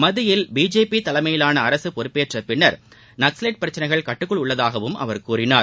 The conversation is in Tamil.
மத்தியில் பிஜேபி தலைமையிலான அரசு பொறுப்பேற்றபின்னர் நக்சலைட் பிரச்சினைகள் கட்டுக்குள் உள்ளதாகவும் அவர் கூறினார்